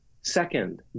second